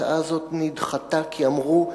ההצעה הזאת נדחתה, כי אמרו: